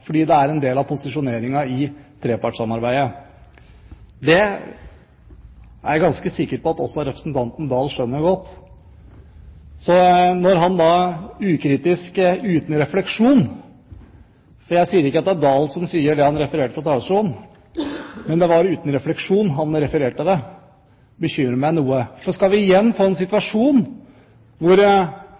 fordi det er en del av posisjoneringen i trepartssamarbeidet. Det er jeg ganske sikker på at også representanten Oktay Dahl skjønner godt. Når han da ukritisk, uten refleksjon refererte det – jeg sier ikke at det er Oktay Dahl som sier det han refererte fra talerstolen – bekymrer det meg noe. For skal vi igjen få en situasjon hvor